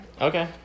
Okay